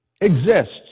exists